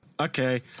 Okay